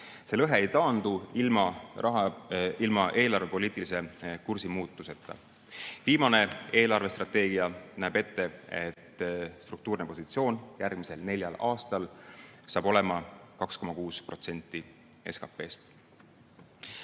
See lõhe ei taandu ilma eelarvepoliitilise kursimuutuseta. Viimane eelarvestrateegia näeb ette, et struktuurne positsioon järgmisel neljal aastal on 2,6% SKT-st.